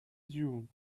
جون